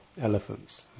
elephants